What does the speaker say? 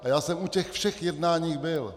Já jsem u těch všech jednání byl.